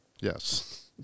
yes